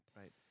Right